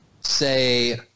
say